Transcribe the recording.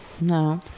No